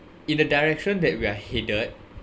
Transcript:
in the direction that we are headed